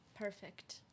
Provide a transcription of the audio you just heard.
Perfect